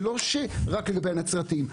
זה לא רק לגבי הנצרתים.